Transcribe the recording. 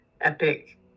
epic